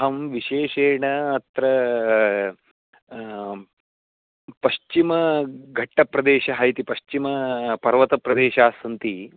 अहं विशेषेण अत्र पश्चिमघट्टप्रदेशः इति पश्चिमपर्वतप्रदेशाः सन्ति